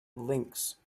links